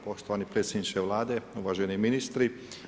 Poštovani predsjedniče Vlade, uvaženi ministri.